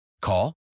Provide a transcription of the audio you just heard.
Call